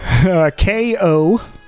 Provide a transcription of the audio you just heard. K-O